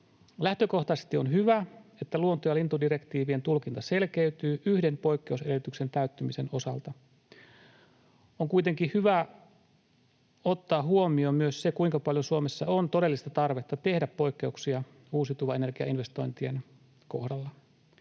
Lähtökohtaisesti on hyvä, että luonto- ja lintudirektiivien tulkinta selkeytyy yhden poikkeusedellytyksen täyttymisen osalta. On kuitenkin hyvä ottaa huomioon myös se, kuinka paljon Suomessa on todellista tarvetta tehdä poikkeuksia uusiutuvan energian investointien kohdalla.